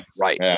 right